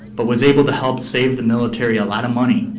but was able to help save the military a lot of money.